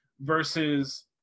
versus